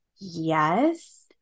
Yes